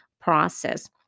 process